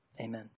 Amen